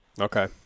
okay